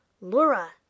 Laura